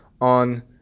on